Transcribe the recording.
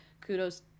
kudos